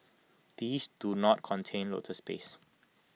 these do not contain lotus paste